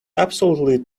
absolutely